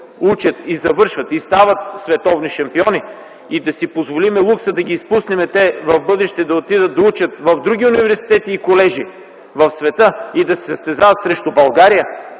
учат, завършват и стават световни шампиони, а си позволяваме лукса да ги изпуснем и в бъдеще те да отидат да учат в други университети и колежи в света, като се състезават срещу България,